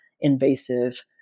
invasive